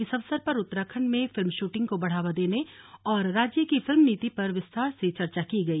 इस अवसर पर उत्तराखण्ड में फिल्म श्रदिंग को बढ़ावा देने और राज्य की फिल्म नीति पर विस्तार से चर्चा की गई